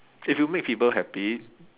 if you make people happy